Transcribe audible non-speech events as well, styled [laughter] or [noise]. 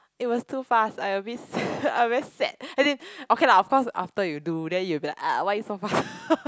it was too fast I a bit I a bit sad as in okay lah of course after you do then you will be ugh why are you so fast [laughs]